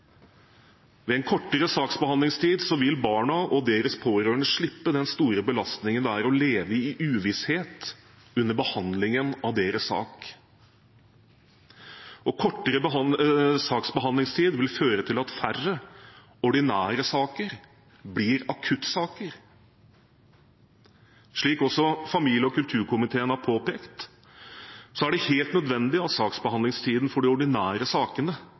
en kortere saksbehandlingstid vil barna og deres pårørende slippe den store belastningen det er å leve i uvisshet under behandlingen av deres sak. Kortere saksbehandlingstid vil føre til at færre ordinære saker blir akuttsaker. Slik også familie- og kulturkomiteen har påpekt, er det helt nødvendig at saksbehandlingstiden for de ordinære sakene